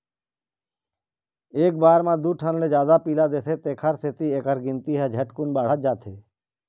एक बार म दू ठन ले जादा पिला देथे तेखर सेती एखर गिनती ह झटकुन बाढ़त जाथे